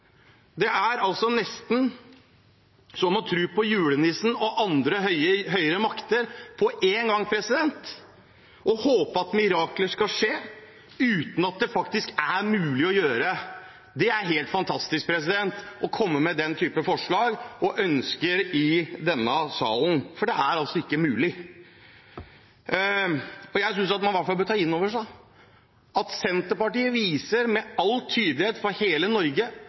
Det er nesten som å tro på julenissen og andre høyere makter på en gang og håpe at mirakler skal skje, uten at det faktisk er mulig å gjøre. Det er helt fantastisk å komme med den type forslag og ønsker i denne salen, for det er altså ikke mulig. Jeg synes man i hvert fall bør ta innover seg at Senterpartiet med all tydelighet viser for hele Norge